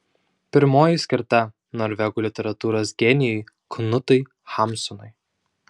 pirmoji skirta norvegų literatūros genijui knutui hamsunui